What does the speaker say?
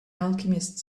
alchemist